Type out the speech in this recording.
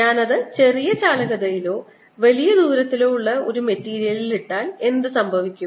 ഞാൻ അത് ചെറിയ ചാലകതയിലോ വലിയ ദൂരത്തിലോ ഉള്ള ഒരു മെറ്റീരിയലിൽ ഇട്ടാൽ എന്ത് സംഭവിക്കും